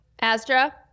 Astra